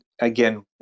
again